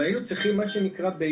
אבל היינו צריכים ביחד,